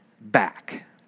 back